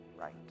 right